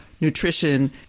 nutrition